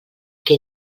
que